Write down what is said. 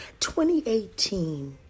2018